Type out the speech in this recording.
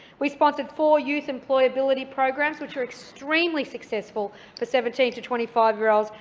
we sponsored four youth employability programs which were extremely successful for seventeen to twenty five year olds,